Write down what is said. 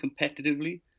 competitively